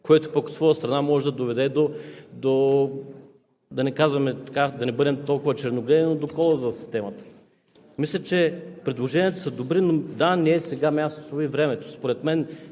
което пък от своя страна може да доведе – да не бъдем толкова черногледи, но до колапс в системата. Мисля, че предложенията са добри, но, да, не е сега мястото и времето. Според мен